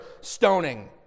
stoning